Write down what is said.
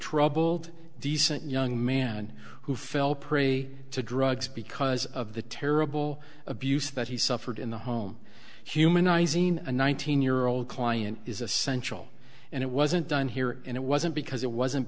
troubled decent young man who fell prey to drugs because of the terrible abuse that he suffered in the home humanizing a nineteen year old client is essential and it wasn't done here and it wasn't because it wasn't